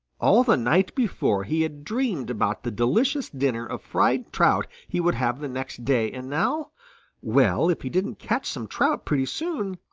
all the night before he had dreamed about the delicious dinner of fried trout he would have the next day, and now well, if he didn't catch some trout pretty soon,